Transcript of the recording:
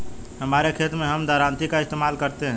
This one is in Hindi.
हमारे खेत मैं हम दरांती का इस्तेमाल करते हैं